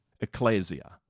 ecclesia